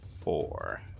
four